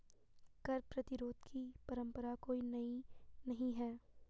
कर प्रतिरोध की परंपरा कोई नई नहीं है